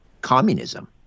communism